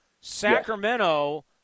Sacramento